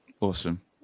awesome